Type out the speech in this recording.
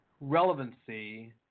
relevancy